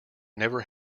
never